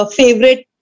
favorite